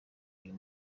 uyu